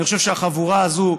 אני חושב שהחבורה הזאת,